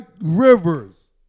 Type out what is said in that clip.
Rivers